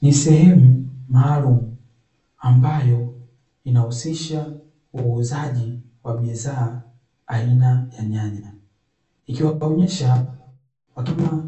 Ni sehemu maalumu ambayo inahusisha uuzaji wa bidhaa aina ya nyanya, ikiwaonyesha wakulima